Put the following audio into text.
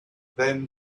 then